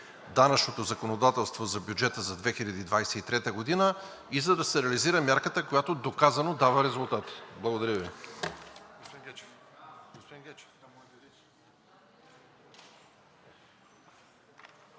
данъчното законодателство за бюджета за 2023 г. и за да се реализира мярката, която доказано дава резултати. Благодаря Ви.